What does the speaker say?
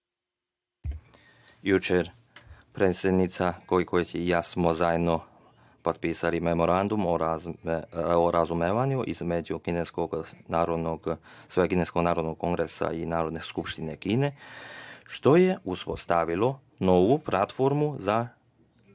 juče smo predsednica Gojković i ja smo zajedno potpisali Memorandum o razumevanju između Svekineskog narodnog kongresa i Narodne skupštine Kine što je uspostavilo novu platformu za